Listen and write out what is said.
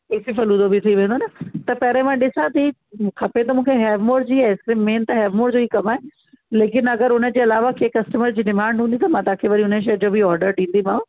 कुल्फ़ी फ़लूदो बी थी वेंदो न त पहिरीं मां ॾिसां थी खपे त मूंखे हैवमोर जी आइसक्रीम मैन त हैवमोर जो ई कम आहे लेकिन अगरि हुनजे अलावा कें कस्टमर जी डिमांड हूंदी त मां तव्हांखे वरी हुन शय जो बि ऑर्डर ॾींदीमाव